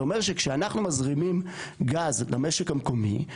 זה אומר שכשאנחנו מזרימים גז למשק המקומי,